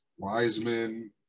Wiseman